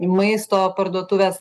maisto parduotuvės